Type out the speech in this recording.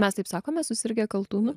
mes taip sakome susirgę kaltūnu